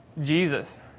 Jesus